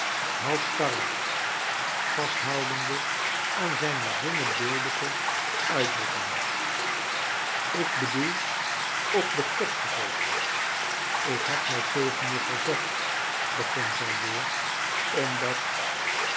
halsstarrig vasthoudende aan zijne zinnebeeldige uitdrukking r ik bedoel op den kop gezeten ik heb mij tegen je verset began zij weer omdat